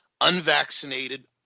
unvaccinated